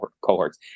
cohorts